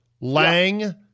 Lang